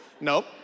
nope